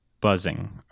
buzzing